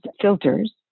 filters